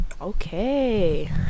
Okay